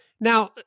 Now